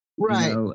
right